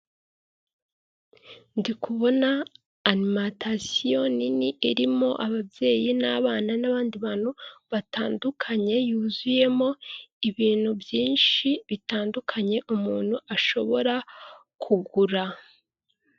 Ndi kubona alemantasiyo nini, irimo ababyeyi n'abana n'abandi bantu batandukanye. Yuzuyemo ibintu byinshi bitandukanye umuntu ashobora kugura.